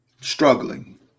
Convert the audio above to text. Struggling